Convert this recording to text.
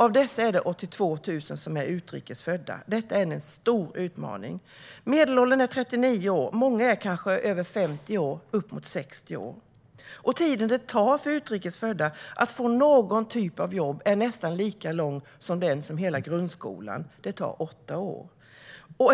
Av dessa är drygt 82 000 utrikes födda. Detta är en stor utmaning. Medelåldern är 39 år. Många är över 50 år, kanske uppemot 60 år. Tiden det tar för utrikes födda att få någon typ av jobb är nästan lika lång som hela grundskolan, åtta år.